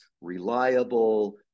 reliable